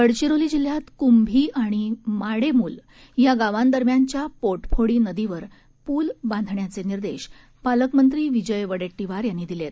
गडचिरोली जिल्ह्यात क्भी आणि माडेमूल या गावांदरम्यानच्या पोटफोडी नदीवर पूल बांधण्याचे निर्देश पालकमंत्री विजय वडेट्टीवार यांनी दिले आहेत